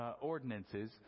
ordinances